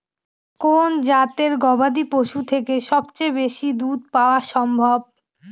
কোন জাতের গবাদী পশু থেকে সবচেয়ে বেশি দুধ পাওয়া সম্ভব?